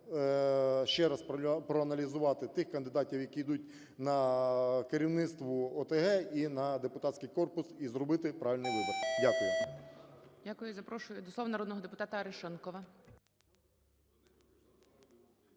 ще раз проаналізувати тих кандидатів, які ідуть на керівництво ОТГ і на депутатський корпус, і зробити правильний вибір. Дякую. ГОЛОВУЮЧИЙ. Дякую. Запрошую до слова народного депутатаАрешонкова.